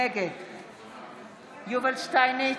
נגד יובל שטייניץ,